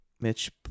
Mitch